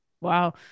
wow